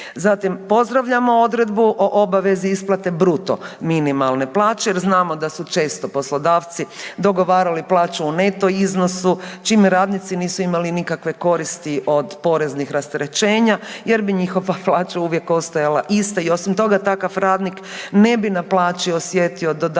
Zatim pozdravljamo odredbu o obvezi isplate bruto minimalne plaće jer znamo da su često poslodavci dogovarali plaću u neto iznosu čime radnici nisu imali nikakve koristi od poreznih rasterećenja jer bi njihova plaća uvijek ostajala ista i osim toga takav radnik ne bi na plaći osjetio dodatke